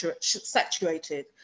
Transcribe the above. saturated